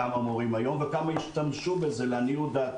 כמה מורים היום וכמה ישתמשו בזה בעתיד?